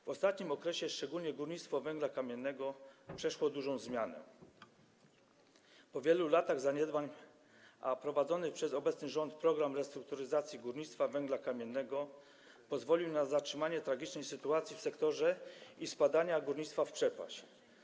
W ostatnim okresie szczególnie górnictwo węgla kamiennego przeszło dużą zmianę po wielu latach zaniedbań, a prowadzony przez obecny rząd program restrukturyzacji górnictwa węgla kamiennego pozwolił na zatrzymanie tragicznej sytuacji w tym sektorze i powstrzymał spadanie górnictwa w przepaść.